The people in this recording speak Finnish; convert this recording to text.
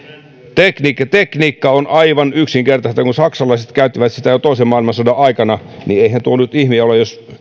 tekniikka tekniikka on aivan yksinkertaista kun saksalaiset käyttivät sitä jo toisen maailmansodan aikana niin eihän tuo nyt ihme ole jos